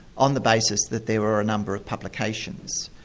on the basis that there were a number of publications.